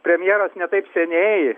premjeras ne taip seniai